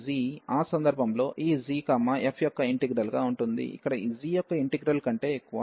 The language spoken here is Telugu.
ఆ సందర్భంలో ఈ g f యొక్క ఇంటిగ్రల్ గా ఉంటుంది ఇక్కడ ఈ g యొక్క ఇంటిగ్రల్ కంటే ఎక్కువ